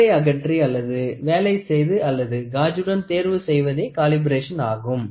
ஒன்றை அகற்றி அல்லது வேலை செய்து அல்லது காஜுடன் தேர்வு செய்வதே காலிப்ரேஷன் ஆகும்